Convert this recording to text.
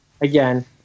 again